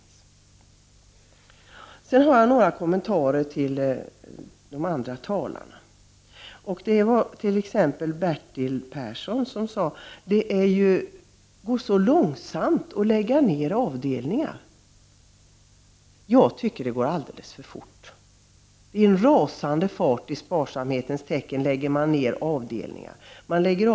Jag skall sedan göra några kommentarer till föregående talares inlägg. Bertil Persson sade exempelvis att det går så långsamt att lägga ned avdelningar. Jag tycker att det går alldeles för fort. I sparsamhetens tecken lägger man ned avdelningar i en rasande fart.